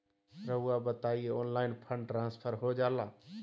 रहुआ बताइए online fund transfer हो जाला?